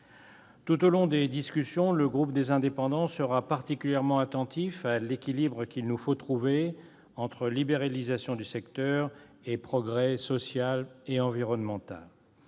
Tout au long des discussions, le groupe Les Indépendants sera particulièrement attentif à l'équilibre qu'il nous faut trouver entre libéralisation du secteur et progrès social et environnemental.